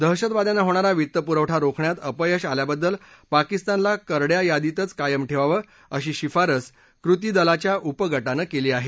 दहशतवाद्यांना होणारा वित्तपुरवठा रोखण्यात अपयश आल्याबद्दल पाकिस्तानला करड्या यादीतच कायम ठेवावं अशी शिफारस कृती दलाच्या उपगानं केली आहे